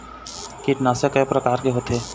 कीटनाशक कय प्रकार के होथे?